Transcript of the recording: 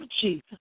Jesus